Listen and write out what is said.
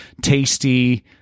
tasty